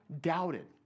doubted